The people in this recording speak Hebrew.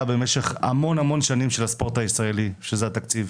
במשך המון שנים של הספורט הישראלי שזה התקציב.